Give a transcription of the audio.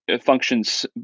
functions